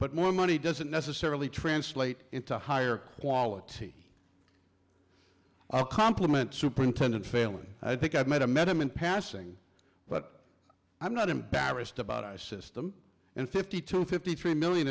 but more money doesn't necessarily translate into higher quality or complement superintendent failing i think i've made a met him in passing but i'm not embarrassed about our system in fifty to fifty three million